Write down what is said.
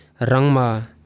Rangma